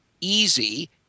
easy